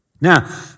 Now